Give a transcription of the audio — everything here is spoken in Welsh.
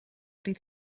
dydd